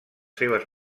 seves